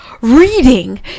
reading